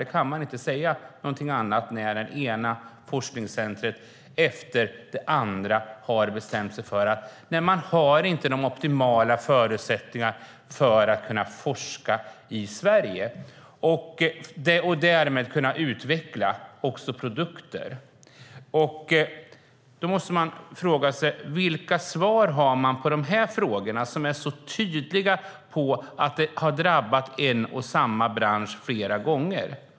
Det går inte att säga någonting annat när det ena forskningscentret efter det andra har bestämt sig för att man inte har de optimala förutsättningarna för att forska i Sverige och därmed kunna utveckla produkter. Man måste fråga sig vilka svar regeringen har på dessa frågor. Det är tydligt att detta har drabbat en och samma bransch flera gånger.